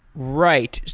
right.